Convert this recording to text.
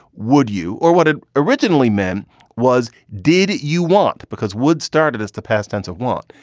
would you? or what it originally meant was did you want because would start this to past tense a want.